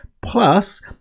Plus